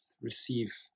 receive